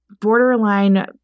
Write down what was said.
borderline